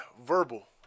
Verbal